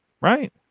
right